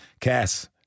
Cass